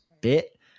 bit